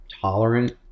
tolerant